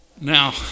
Now